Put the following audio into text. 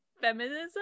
feminism